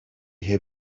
heb